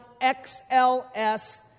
XLS